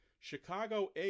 Chicago